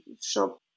shop